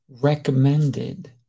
recommended